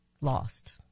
lost